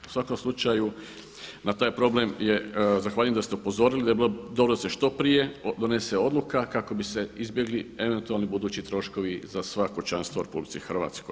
U svakom slučaju na taj problem je, zahvaljujem da ste upozorili da bi bilo dobro da se što prije donese odluka kako bi se izbjegli eventualni budući troškovi za sva kućanstva u RH.